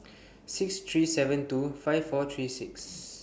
six three seven two five four three six